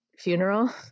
funeral